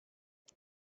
kan